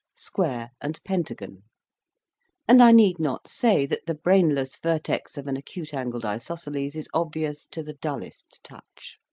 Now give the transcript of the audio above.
square, and pentagon and i need not say that the brainless vertex of an acute-angled isosceles is obvious to the dullest touch.